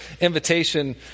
invitation